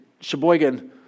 Sheboygan